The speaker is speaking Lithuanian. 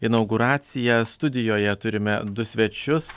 inauguraciją studijoje turime du svečius